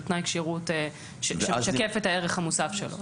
תנאי כשירות שמשקף את הערך המוסף שלו.